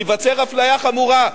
תיווצר אפליה חמורה.